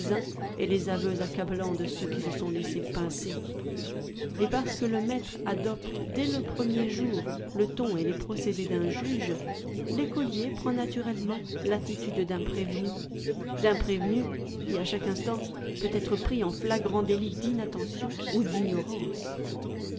et les aveux accablants de ceux qui se sont laissé pincer et parce que le maître adopte dès le premier jour le ton et les procédés d'un juge l'écolier prend naturellement l'attitude d'un prévenu d'un prévenu qui à chaque instant peut être pris en flagrant délit d'inattention ou d'ignorance